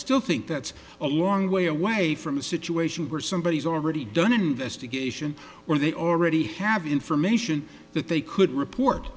still think that's a long way away from a situation where somebody has already done an investigation or they already have information that they could report